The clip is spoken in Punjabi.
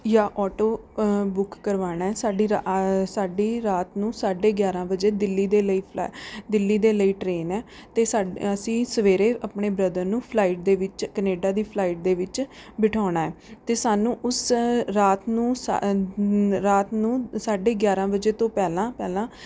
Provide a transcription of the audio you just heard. ਜਾਂ ਆਟੋ ਬੁੱਕ ਕਰਵਾਉਣਾ ਹੈ ਸਾਡੀ ਰਾ ਸਾਡੀ ਰਾਤ ਨੂੰ ਸਾਢੇ ਗਿਆਰਾਂ ਵਜੇ ਦਿੱਲੀ ਦੇ ਲਈ ਫਲਾ ਦਿੱਲੀ ਦੇ ਲਈ ਟ੍ਰੇਨ ਹੈ ਅਤੇ ਸਾਡ ਅਸੀਂ ਸਵੇਰੇ ਆਪਣੇ ਬ੍ਰਦਰ ਨੂੰ ਫਲਾਈਟ ਦੇ ਵਿੱਚ ਕਨੇਡਾ ਦੀ ਫਲਾਈਟ ਦੇ ਵਿੱਚ ਬਿਠਾਉਣਾ ਹੈ ਅਤੇ ਸਾਨੂੰ ਉਸ ਰਾਤ ਨੂੰ ਰਾਤ ਨੂੰ ਸਾਢੇ ਗਿਆਰਾਂ ਵਜੇ ਤੋਂ ਪਹਿਲਾਂ ਪਹਿਲਾਂ